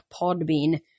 Podbean